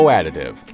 Additive